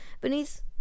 Beneath